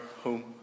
home